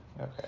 Okay